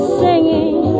singing